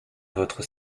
votre